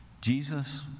Jesus